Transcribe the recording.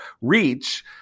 reach